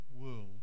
world